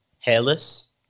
hairless